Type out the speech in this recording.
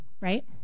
right